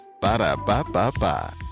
Ba-da-ba-ba-ba